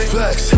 Flex